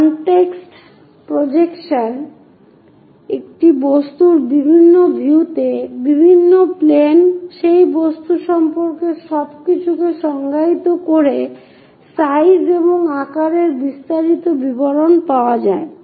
context projection এ একটি বস্তুর বিভিন্ন ভিউ তে বিভিন্ন প্লেন সেই বস্তু সম্পর্কে সবকিছুকে সংজ্ঞায়িত করে সাইজ এবং আকারের বিস্তারিত বিবরণ পাওয়া যায়